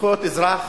האגודה